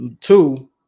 two